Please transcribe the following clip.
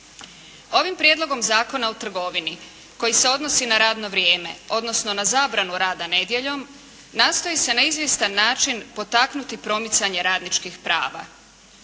Ovim Prijedlogom zakona o trgovini koji se odnosi na radno vrijeme, odnosno na zabranu rada nedjeljom, nastoji se na izvjestan način potaknuti promicanje radničkih prava.